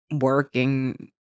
working